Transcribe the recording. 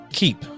keep